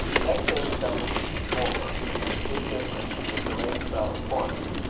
the next day resembled the two former with this difference, that the rain fell in torrents.